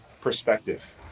perspective